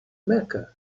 mecca